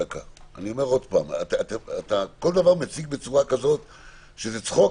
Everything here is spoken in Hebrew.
כל דבר אתה מציג בצורה כזאת שזה צחוק,